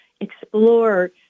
explore